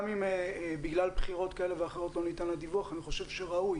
גם אם בגלל בחירות כאלה ואחרות לא ניתן הדיווח אני חושב שראוי